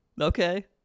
Okay